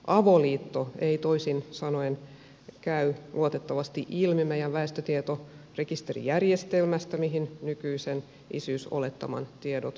avoliitto ei toisin sanoen käy luotettavasti ilmi meidän väestötietorekisterijärjestelmästämme mihin nykyisen isyysolettaman tiedot perustuvat